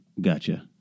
Gotcha